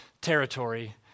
territory